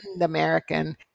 American